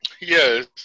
Yes